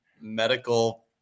medical